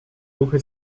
ruchy